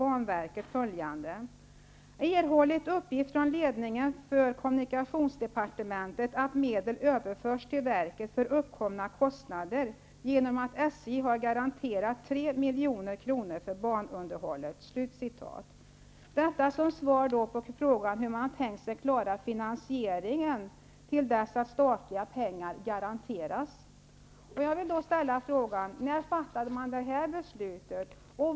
Där framkom att verket erhållit uppgift från ledningen för kommunikationsdepartementet att medel överförts till verket för uppkomna kostnader genom att SJ hade garanterat 3 milj.kr. för banunderhållet. Detta var ett svar på frågan hur det var tänkt att finansieringen skulle klaras ut tills dess att statliga pengar kunde garanteras. När fattades det beslutet?